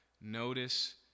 notice